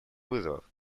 вызовов